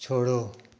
छोड़ो